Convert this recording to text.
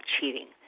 cheating